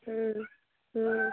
হুম হুম